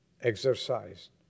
exercised